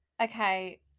okay